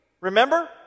Remember